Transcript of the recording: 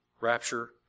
rapture